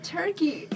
Turkey